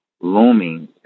looming